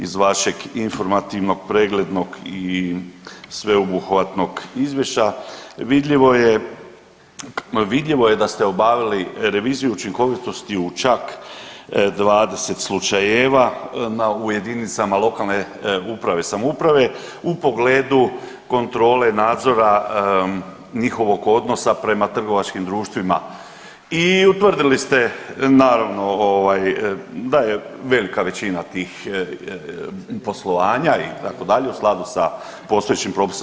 Iz vašeg informativnog, preglednog i sveobuhvatnog izvješća vidljivo je da ste obavili reviziju učinkovitosti u čak 20 slučajeva u jedinicama lokalne uprave i samouprave u pogledu kontrole nadzora njihovog odnosa prema trgovačkim društvima i utvrdili ste naravno da je velika većina tih poslovanja itd. u skladu sa postojećim propisom.